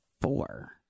four